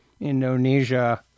Indonesia